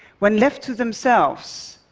when left to themselves,